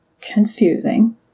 confusing